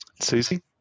Susie